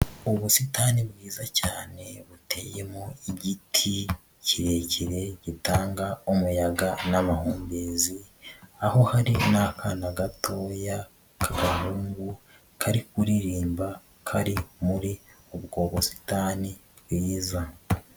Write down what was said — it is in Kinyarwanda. Ubusitani bwiza cyane buteyemo igiti kirekire gitanga umuyaga n'amahumbezi, aho hari n'akana gatoya k'agahungu kari kuririmba kari muri ubwo busitani bwiza.